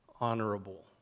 honorable